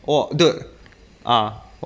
哦 dude ah